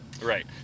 Right